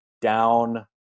down